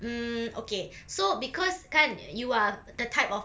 mm okay so because kan you are the type of